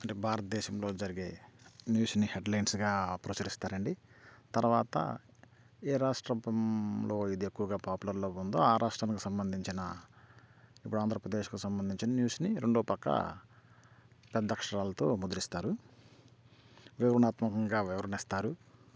అంటే భారద్దేశంలో జరిగే న్యూస్ని హెడ్లైన్స్గా ప్రచురిస్తారండి తర్వాత ఏ రాష్ట్రపు లో ఇది ఎక్కువగా పాపులర్లో ఉందో ఆ రాష్ట్రమునకు సంబంధించిన ఇప్పుడు ఆంధ్రప్రదేశ్కు సంబంధించిన న్యూస్ని రెండో పక్క పెద్ద అక్షరాలతో ముద్రిస్తారు వివరణాత్మకంగా వివరణ ఇస్తారు